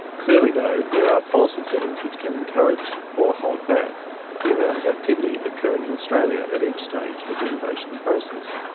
clearly though there are policy settings which can encourage or hold back the amount of activity occurring in australia at each stage of the innovation process.